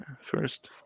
first